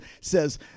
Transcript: says